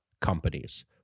companies